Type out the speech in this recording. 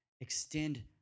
extend